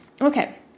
Okay